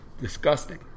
Disgusting